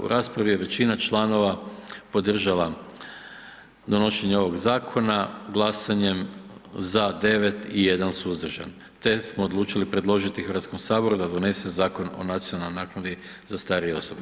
U raspravi je većina članova podržala donošenje ovog zakona glasanje „za“ 9 i 1 „suzdržan“ te smo odlučili predložiti Hrvatskom saboru da donese Zakon o nacionalnoj naknadi za starije osobe.